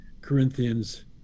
Corinthians